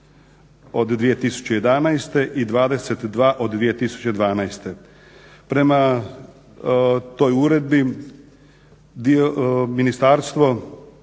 150/2011. i 22/2012. Prema toj uredbi Ministarstvo